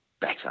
better